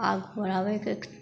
आगूँ बढाबयके